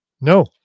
No